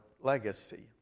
legacy